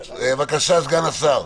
בבקשה, סגן השר.